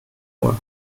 uhr